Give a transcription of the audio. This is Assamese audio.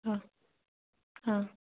অঁ অঁ